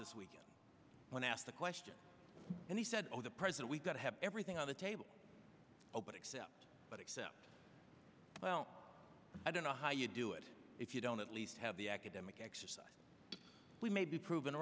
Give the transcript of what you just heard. this week when i asked a question and he said oh the present we've got to have everything on the table open except but except well i don't know how you do it if you don't at least have the academic exercise we may be proven